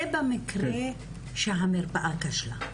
זה במקרה שהמרפאה כשלה.